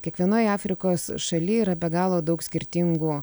kiekvienoj afrikos šaly yra be galo daug skirtingų